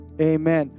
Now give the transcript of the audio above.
Amen